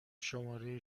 شماره